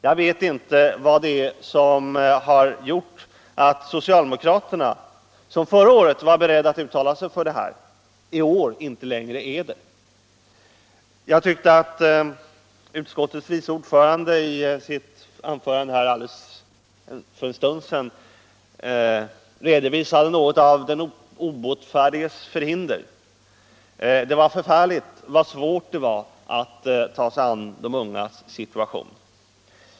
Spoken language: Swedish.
Jag vet inte vad det är som har gjort att socialdemokraterna, som förra året var beredda att uttala sig för detta, i år inte längre är det. Jag tyckte att utskottets vice ordförande i sitt anförande här för en stund sedan redovisade något av den obotfärdiges förhinder. Det var förfärligt så svårt det var att ta sig an de ungas situation.